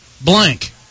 blank